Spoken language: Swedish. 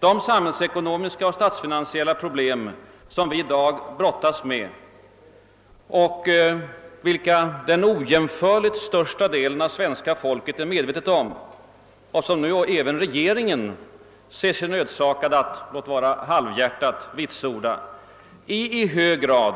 De samhällsekonomiska och = statsfinansiella problem vi i dag brottas med, vilka den ojämförligt största delen av det svenska folket är medveten om och vilka även regeringen nu ser sig nödsakad att — låt vara halvhjärtat — vitsorda, är i hög grad